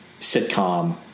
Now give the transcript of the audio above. sitcom